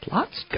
Lots